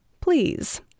please